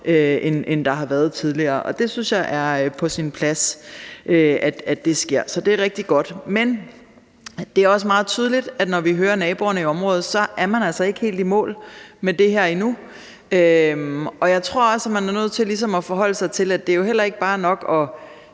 end der har været tidligere. Det synes jeg er på sin plads sker. Så det er rigtig godt. Men det er også meget tydeligt, når vi hører naboerne i området, at man ikke er helt i mål med det her endnu. Jeg tror også, at man ligesom er nødt til at forholde sig til, at det jo heller ikke er nok